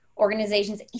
organizations